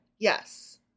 Yes